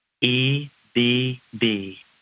E-B-B